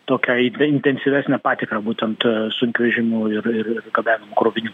tokią įten intensyvesnę patikrą būtent sunkvežimių ir ir ir gabenamų krovinių